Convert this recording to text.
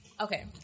Okay